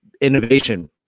innovation